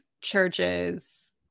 churches